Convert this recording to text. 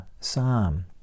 psalm